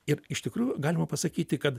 ir iš tikrųjų galima pasakyti kad